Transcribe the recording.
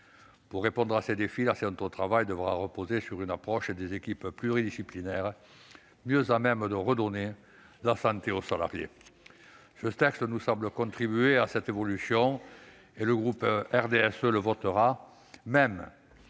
Pour répondre à ces défis, la santé au travail devra reposer sur une approche et des équipes pluridisciplinaires, mieux à même de redonner la santé aux salariés. Le présent texte nous semble contribuer à cette évolution, et les élus du groupe du RDSE le voteront, même